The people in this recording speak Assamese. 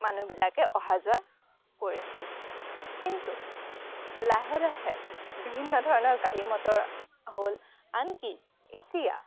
মানুহবিলাকে অহা যোৱা কৰিছিল কিন্তু লাহে লাহে বিভিন্ন ধৰণৰ গাড়ী মটৰ হ'ল আনকি এতিয়া